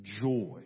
joy